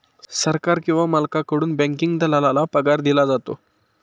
सरकार किंवा मालकाकडून बँकिंग दलालाला पगार दिला जातो